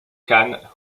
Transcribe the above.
khan